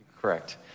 Correct